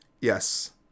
Yes